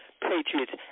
Patriots